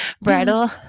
bridal